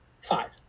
Five